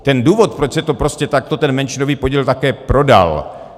Ten důvod, proč se to prostě takto ten menšinový podíl také prodal.